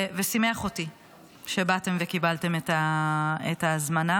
ושימח אותי שבאתם וקיבלתם את ההזמנה.